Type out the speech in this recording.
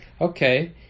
okay